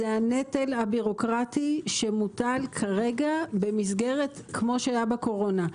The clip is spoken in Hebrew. הנטל הבירוקרטי שמוטל כרגע כפי שהיה בקורונה.